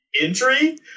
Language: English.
entry